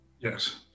yes